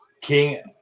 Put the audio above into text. King